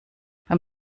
beim